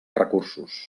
recursos